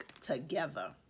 together